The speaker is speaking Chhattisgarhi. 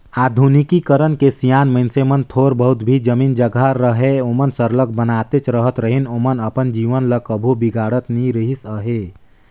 आधुनिकीकरन के सियान मइनसे मन थोर बहुत भी जमीन जगहा रअहे ओमन सरलग बनातेच रहत रहिन ओमन अपन जमीन ल कभू बिगाड़त नी रिहिस अहे